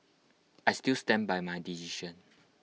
I still stand by my decision